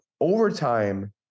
Overtime